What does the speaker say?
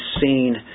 seen